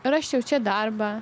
rasčiau čia darbą